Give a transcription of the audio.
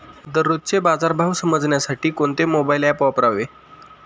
दररोजचे बाजार भाव समजण्यासाठी कोणते मोबाईल ॲप वापरावे?